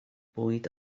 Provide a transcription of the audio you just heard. bwyd